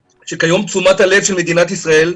שכיום, תשומת הלב של מדינת ישראל,